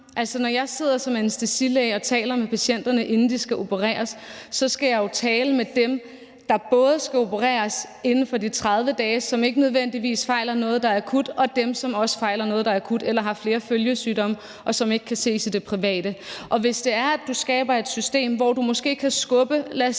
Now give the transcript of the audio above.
sammen. Når jeg som anæstesilæge sidder og taler med patienterne, inden de skal opereres, så skal jeg jo både tale med dem, der skal opereres inden for de 30 dage, og som ikke nødvendigvis fejler noget, der er akut, og med dem, som fejler noget, der er akut, eller som har flere følgesygdomme, og som ikke kan ses i det private. Hvis du kan måske skabe et system, hvor du kan skubbe det,